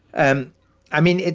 and i mean,